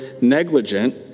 negligent